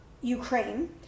Ukraine